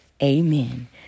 Amen